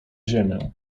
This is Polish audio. ziemię